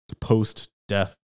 post-death